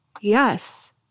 yes